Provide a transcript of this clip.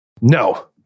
no